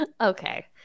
okay